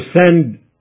send